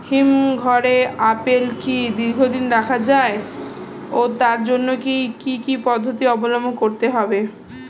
হিমঘরে আপেল কি দীর্ঘদিন রাখা যায় ও তার জন্য কি কি পদ্ধতি অবলম্বন করতে হবে?